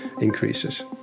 increases